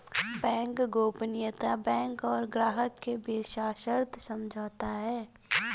bank गोपनीयता bank और ग्राहक के बीच सशर्त समझौता है